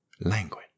language